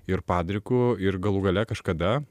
ir padriku ir galų gale kažkada